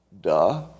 duh